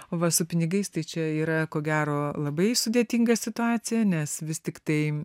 o va su pinigais tai čia yra ko gero labai sudėtinga situacija nes vis tiktai